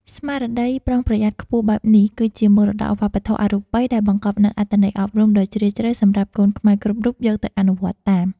ស្មារតីប្រុងប្រយ័ត្នខ្ពស់បែបនេះ គឺជាមរតកវប្បធម៌អរូបីដែលបង្កប់នូវអត្ថន័យអប់រំដ៏ជ្រាលជ្រៅសម្រាប់កូនខ្មែរគ្រប់រូបយកទៅអនុវត្តតាម។